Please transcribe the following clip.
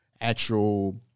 actual